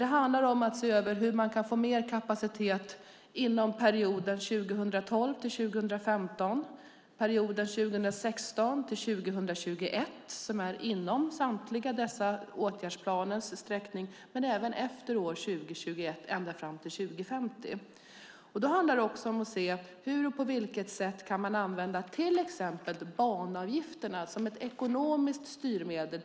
Det handlar om att se över hur man kan få mer kapacitet perioden 2012-2015 och perioden 2016-2021 - dessa är inom åtgärdsplanens sträckning - men även efter år 2021 och ända fram till 2050. Då handlar det också om att se på vilket sätt man kan använda till exempel banavgifterna som ett ekonomiskt styrmedel.